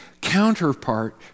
counterpart